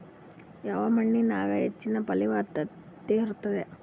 ಯಾವ ಮಣ್ಣಾಗ ಹೆಚ್ಚಿನ ಫಲವತ್ತತ ಇರತ್ತಾದ?